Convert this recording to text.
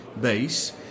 base